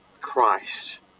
Christ